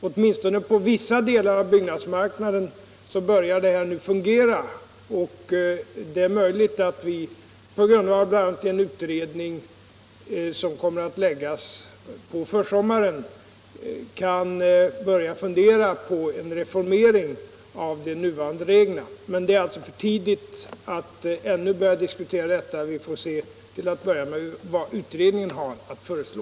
Åtminstone i vissa delar av byggnadsmarknaden börjar det hela fungera, och det är möjligt att vi på grundval av bl.a. den utredning som kommer att lägga fram sitt betänkande på försommaren kan börja fundera på en reformering av de nuvarande reglerna. Ännu är det emellertid för tidigt att börja diskutera detta. Vi får till att börja med se vad utredningen har att föreslå.